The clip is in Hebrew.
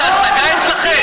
זה הצגה אצלכם?